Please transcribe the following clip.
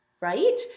right